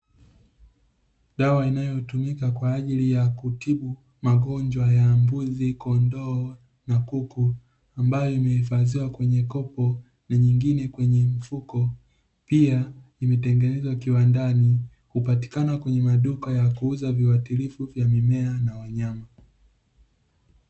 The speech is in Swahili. Dawa inayotumika kwaajili ya kutibu magonjwa ya mbuzi, kondoo na kuku, ambayo imehifadhiwa kwenye kopo na nyingine kwenye mfuko, pia imetengenezwa kiwandani. Hupatikana kwenye maduka ya kuuza viwatilifu vya mimea na wanyama.